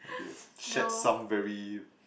we have shared some very